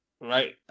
Right